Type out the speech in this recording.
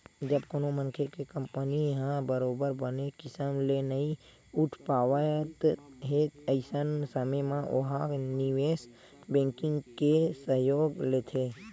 जब कोनो मनखे के कंपनी ह बरोबर बने किसम ले नइ उठ पावत हे अइसन समे म ओहा निवेस बेंकिग के सहयोग लेथे